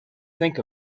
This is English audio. think